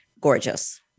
gorgeous